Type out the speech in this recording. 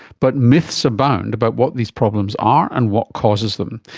but myths abound about what these problems are and what causes them.